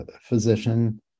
physician